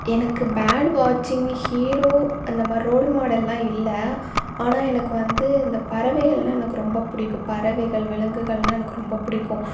எனக்கு பேர்ட் வாட்சிங் ஹீரோ அந்தமாதிரி ரோல் மாடல்லாம் இல்லை ஆனால் எனக்கு வந்து இந்த பறவைகள்லாம் எனக்கு ரொம்ப பிடிக்கும் பறவைகள் விலங்குகள்னால் எனக்கு ரொம்ப பிடிக்கும்